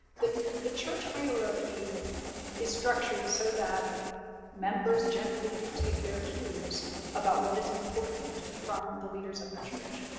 the the church hierarchy is structured so that members generally do take their cues about what is important from the leaders of the church.